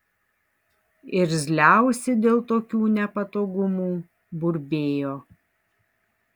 irzliausi dėl tokių nepatogumų burbėjo